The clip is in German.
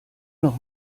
noch